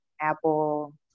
Apple